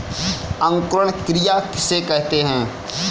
अंकुरण क्रिया किसे कहते हैं?